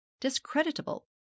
discreditable